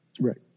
Right